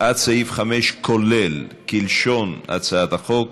עד סעיף 5, כולל, כלשון הצעת החוק,